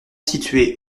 situé